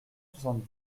soixante